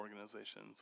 organizations